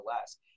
less